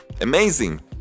Amazing